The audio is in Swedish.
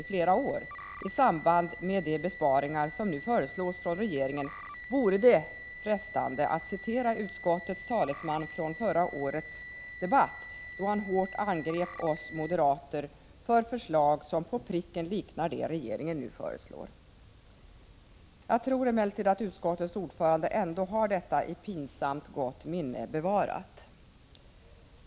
I samband med de besparingar som nu föreslås av regeringen vore det frestande att citera utskottets taleman från förra årets debatt, då han hårt angrep oss moderater för förslag som på pricken liknar det regeringen nu föreslår. Jag tror emellertid att utskottets ordförande har detta bevarat i pinsamt gott minne.